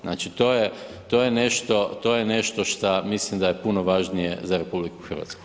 Znači to je nešto što mislim da je puno važnije za RH.